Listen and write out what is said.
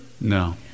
no